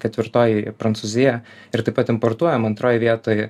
ketvirtoj į prancūziją ir taip pat importuojam antroj vietoj